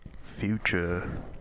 Future